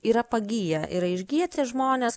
yra pagyję yra išgiję tie žmonės